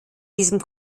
diesem